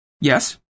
Yes